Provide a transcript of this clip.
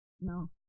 No